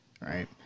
Right